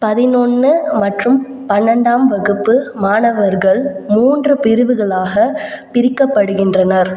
பதினொன்னு மற்றும் பனென்ண்டாம் ஆம் வகுப்பு மாணவர்கள் மூன்று பிரிவுகளாக பிரிக்கப்படுகின்றனர்